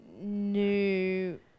New